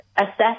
assess